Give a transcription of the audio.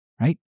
right